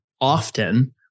often